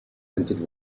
entered